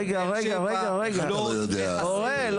--- רגע רגע רגע רגע אוראל,